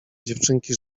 dziewczynki